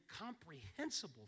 incomprehensible